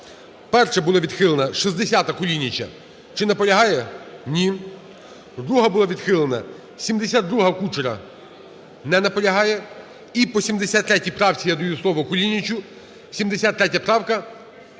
Перша була відхилена 60-а, Кулініча. Чи наполягає? Ні. Друга була відхилена 72-а, Кучера. Не наполягає. І по 73 правці я надаю слово Кулінічу. 73 правка.